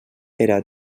era